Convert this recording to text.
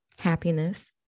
happiness